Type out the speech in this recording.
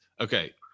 Okay